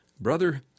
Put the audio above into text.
Brother